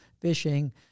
fishing